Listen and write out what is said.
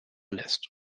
list